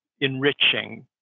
enriching